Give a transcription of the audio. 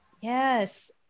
Yes